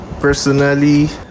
Personally